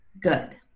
good